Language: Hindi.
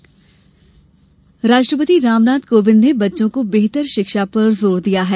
राष्ट्रपति राष्ट्रपति रामनाथ कोविंद ने बच्चों को बेहतर शिक्षा पर जोर दिया है